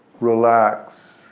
relax